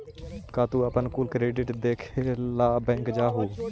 का तू अपन कुल क्रेडिट देखे ला बैंक जा हूँ?